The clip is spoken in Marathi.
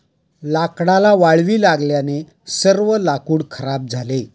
लाकडाला वाळवी लागल्याने सर्व लाकूड खराब झाले